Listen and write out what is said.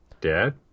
dad